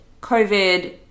COVID